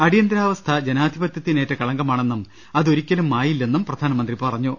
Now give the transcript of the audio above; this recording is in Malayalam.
അടിയന്തരാവസ്ഥ ജനാധിപത്യത്തിനേറ്റ കളങ്കമാണെന്നും അതൊരിക്കലും മായി ല്ലെന്നും പ്രധാനമന്ത്രി പറഞ്ഞു